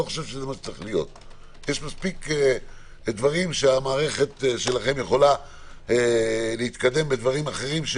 יש מספיק דברים שהמערכת יכולה להתקדם בדברי אחרים,